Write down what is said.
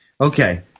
Okay